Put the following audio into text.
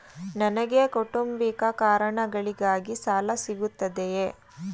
ನನಗೆ ಕೌಟುಂಬಿಕ ಕಾರಣಗಳಿಗಾಗಿ ಸಾಲ ಸಿಗುತ್ತದೆಯೇ?